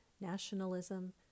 nationalism